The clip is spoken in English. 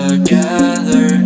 Together